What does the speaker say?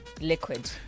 liquid